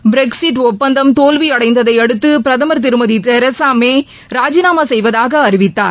Brexit ஒப்பந்தம் தோல்வியடைந்ததையடுத்து பிரதமர் திருமதி தெரசா மே ராஜினாமா செய்வதாக அறிவித்தார்